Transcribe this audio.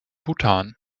bhutan